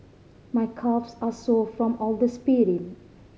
my calves are sore from all the sprint